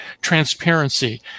transparency